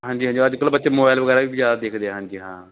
ਹਾਂਜੀ ਹਾਂਜੀ ਅੱਜ ਕੱਲ੍ਹ ਬੱਚੇ ਮੋਬਾਇਲ ਵਗੈਰਾ ਵੀ ਜ਼ਿਆਦਾ ਦੇਖਦੇ ਹੈ ਹਾਂਜੀ ਹਾਂ